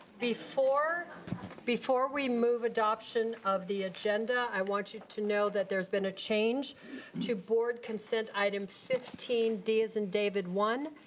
before before we move adoption of the agenda, i want you to know that there's been a change to board consent item fifteen, d as in david, one,